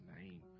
name